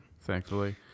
Thankfully